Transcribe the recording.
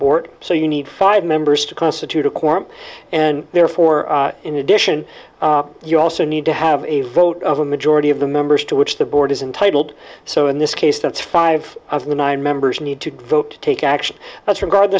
board so you need five members to constitute a quorum and therefore in addition you also need to have a vote of a majority of the members to which the board is entitled so in this case that's five of the nine members need to vote to take action that's regard